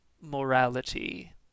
morality